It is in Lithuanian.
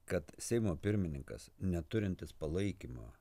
kad seimo pirmininkas neturintis palaikymo